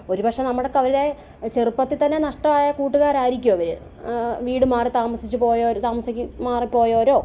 ഒരുപക്ഷേ നമ്മളുടെയൊക്കെ അവരെ ചെറുപ്പത്തിൽ തന്നെ നഷ്ടമായ കൂട്ടുകാർ ആയിരിക്കും അവർ വീട് മാറി താമസിച്ചുപോയോർ താമസിച്ച് മാറിപോയൊരോ